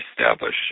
establish